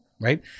right